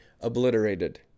obliterated